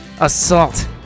Assault